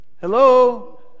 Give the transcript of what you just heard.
hello